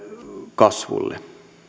kasvulle